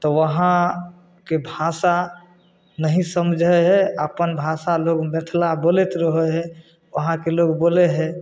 तऽ वहाँके भाषा नहि समझै हइ अपन भाषा लोक मिथिला बोलैत रहै हइ वहाँके लोक बोलै हइ